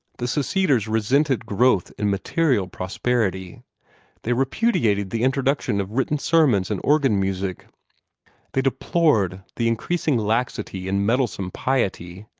the seceders resented growth in material prosperity they repudiated the introduction of written sermons and organ-music they deplored the increasing laxity in meddlesome piety,